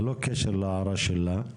ללא קשר להערה שלה,